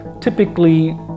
typically